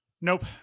Nope